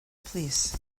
plîs